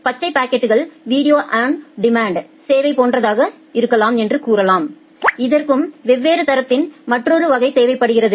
பச்சை பாக்கெட்கள் video on டிமாண்ட்சேவை போன்றதாக இருக்கலாம் என்று கூறலாம் இதற்கும் சேவை தரத்தின் மற்றொரு வகை தேவைப்படுகிறது